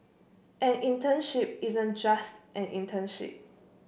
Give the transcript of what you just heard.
an internship isn't just an internship